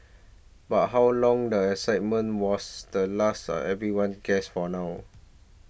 but how long the excitement was the last everyone guess for now